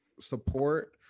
support